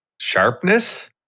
sharpness